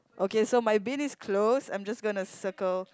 okay so my bin is closed I'm just gonna circle